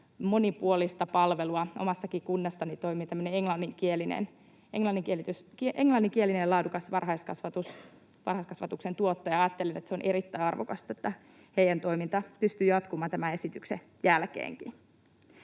monipuolista palvelua. Omassakin kunnassani toimii tämmöinen englanninkielinen laadukas varhaiskasvatuksen tuottaja, ja ajattelen, että se on erittäin arvokasta, että heidän toimintansa pystyy jatkumaan tämän esityksen jälkeenkin.